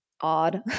odd